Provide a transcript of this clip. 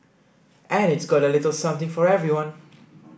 and it's got a little something for everyone